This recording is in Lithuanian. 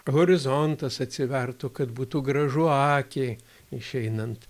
horizontas atsivertų kad būtų gražu akiai išeinant